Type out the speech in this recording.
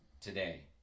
today